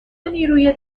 نیروی